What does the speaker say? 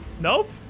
Nope